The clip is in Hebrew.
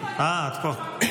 אה, את פה.